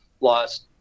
lost